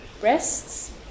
breasts